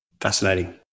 Fascinating